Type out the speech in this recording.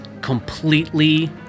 completely